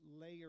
layer